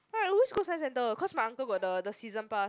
I always go science centre cause my uncle got the the season pass